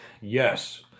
Yes